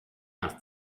nach